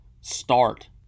start